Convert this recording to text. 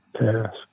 task